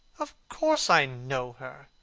of course i know her.